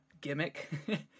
gimmick